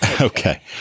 Okay